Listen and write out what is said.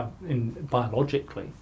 biologically